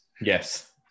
Yes